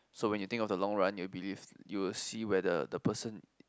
so when you think of the long run you believe you will see whether the person